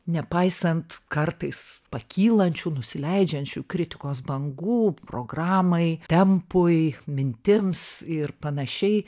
nepaisant kartais pakylančių nusileidžiančių kritikos bangų programai tempui mintims ir panašiai